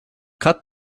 cut